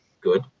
good